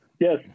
Yes